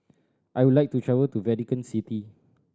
I would like to travel to Vatican City